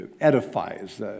edifies